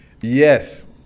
Yes